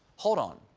hold on.